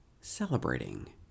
celebrating